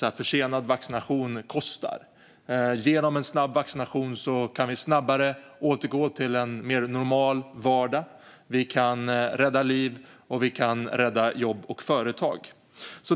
Genom en snabb vaccination kan vi fortare återgå till en mer normal vardag och rädda liv, jobb och företag.